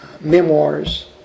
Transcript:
memoirs